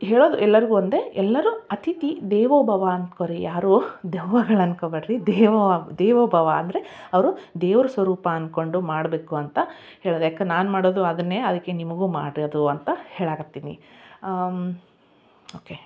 ಹೇಳೋದು ಎಲ್ಲರ್ಗೂ ಒಂದೇ ಎಲ್ಲರೂ ಅತಿಥಿ ದೇವೋ ಭವ ಅಂದ್ಕೊಳ್ರಿ ಯಾರೂ ದೆವ್ವಗಳು ಅಂದ್ಕೊಳ್ಬೇಡ್ರಿ ದೇವ ದೇವೋ ಭವ ಅಂದರೆ ಅವರು ದೇವರು ಸ್ವರೂಪ ಅಂದ್ಕೊಂಡು ಮಾಡಬೇಕು ಅಂತ ಹೇಳೋದು ಯಾಕಂದು ನಾನು ಮಾಡೋದು ಅದನ್ನೇ ಅದಕ್ಕೆ ನಿಮಗೂ ಮಾಡಿರಿ ಅಂತ ಹೇಳಾಕತ್ತೀನಿ ಓಕೆ